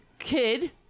kid